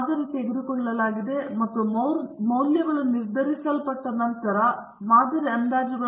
ಮಾದರಿ ತೆಗೆದುಕೊಳ್ಳಲಾಗಿದೆ ಮತ್ತು ಮೌಲ್ಯಗಳು ನಿರ್ಧರಿಸಲ್ಪಟ್ಟ ನಂತರ ನಾವು ಮಾದರಿ ಅಂದಾಜುಗಳನ್ನು ಹೊಂದಿದ್ದೇವೆ ಮತ್ತು ಇವುಗಳೂ ಸಹ ಅಂದಾಜುಗಳಾಗಿವೆ